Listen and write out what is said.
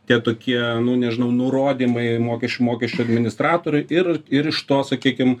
tie tokie nu nežinau nurodymai mokesčių mokesčių administratoriui ir ir iš to sakykim